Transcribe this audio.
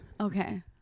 Okay